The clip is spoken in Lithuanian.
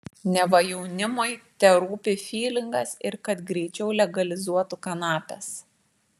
neva jaunimui terūpi fylingas ir kad greičiau legalizuotų kanapes